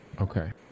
Okay